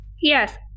Yes